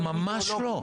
ממש לא.